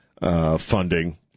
funding